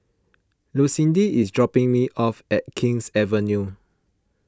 Lucindy is dropping me off at King's Avenue